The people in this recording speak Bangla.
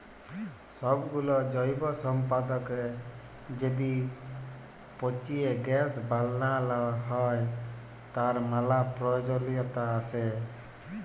সবগুলা জৈব সম্পদকে য্যদি পচিয়ে গ্যাস বানাল হ্য়, তার ম্যালা প্রয়জলিয়তা আসে